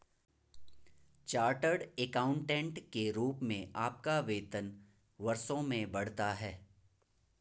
chartered accountant के रूप में आपका वेतन वर्षों में बढ़ता है